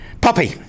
Poppy